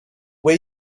way